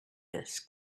this